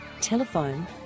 Telephone